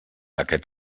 aquest